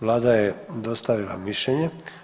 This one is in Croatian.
Vlada je dostavila mišljenje.